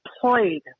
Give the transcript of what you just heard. played